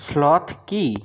slot কী